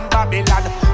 Babylon